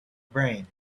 brain